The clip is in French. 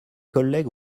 collègues